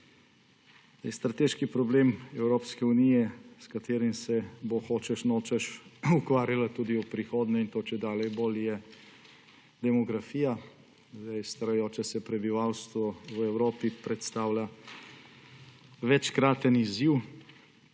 Strateški problem Evropske unije, s katerim se bo hočeš nočeš ukvarjala tudi v prihodnje, in to čedalje bolj, je demografija. Starajoče se prebivalstvo v Evropi predstavlja večkraten izziv.